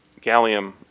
Gallium